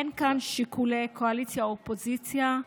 אין כאן שיקולי קואליציה אופוזיציה.